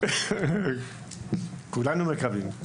כולנו מקווים.